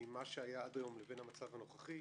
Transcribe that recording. ממה שהיה עד היום למצב הנוכחי,